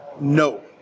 No